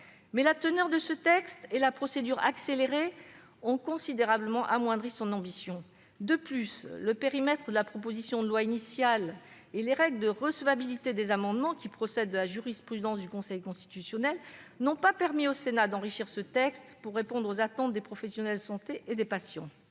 mais son contenu et la procédure accélérée ont considérablement amoindri l'ambition de ses auteurs. De plus, le périmètre de la proposition de loi initiale et les règles en matière de recevabilité des amendements, qui découlent de la jurisprudence du Conseil constitutionnel, n'ont pas permis au Sénat d'enrichir le texte, afin de répondre aux attentes des professionnels de santé et des patients.